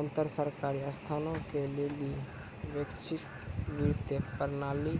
अन्तर सरकारी संस्थानो के लेली वैश्विक वित्तीय प्रणाली